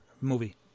movie